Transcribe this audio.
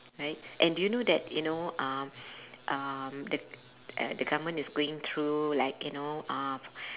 right and do you know that you know uh um the uh the government is going through like you know uh